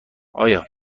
آیا